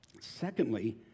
Secondly